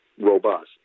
robust